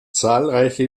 zahlreiche